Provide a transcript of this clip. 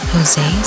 Jose